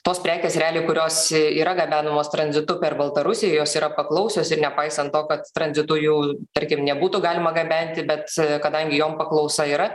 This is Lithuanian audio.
tos prekės realiai kurios yra gabenamos tranzitu per baltarusiją jos yra paklausios ir nepaisant to kad tranzitu jų tarkim nebūtų galima gabenti bet kadangi jom paklausa yra